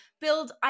build